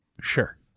Sure